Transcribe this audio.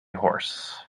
horse